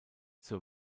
zur